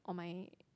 on my